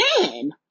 men